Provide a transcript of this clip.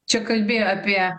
čia kalbi apie